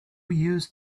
used